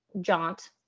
jaunt